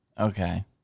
Okay